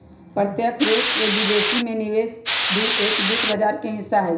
प्रत्यक्ष रूप से विदेश में निवेश भी एक वित्त बाजार के हिस्सा हई